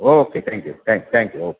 okay thank you thank you thank you okay